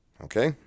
okay